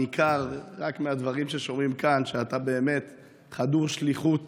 ניכר, רק מהדברים ששומעים כאן, שאתה חדור שליחות